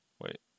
Wait